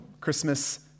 Christmas